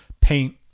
paint